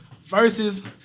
versus